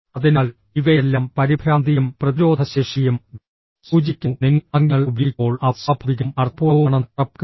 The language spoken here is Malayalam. അതിനാൽ ഇവയെല്ലാം പരിഭ്രാന്തിയും പ്രതിരോധശേഷിയും സൂചിപ്പിക്കുന്നു നിങ്ങൾ ആംഗ്യങ്ങൾ ഉപയോഗിക്കുമ്പോൾ അവ സ്വാഭാവികവും അർത്ഥപൂർണ്ണവുമാണെന്ന് ഉറപ്പാക്കുക